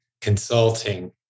consulting